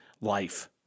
life